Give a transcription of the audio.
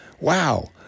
Wow